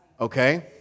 okay